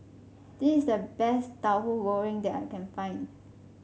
this is the best Tauhu Goreng that I can find